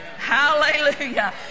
Hallelujah